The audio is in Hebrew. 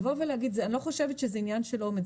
אני לא חושבת שזה עניין של אומץ,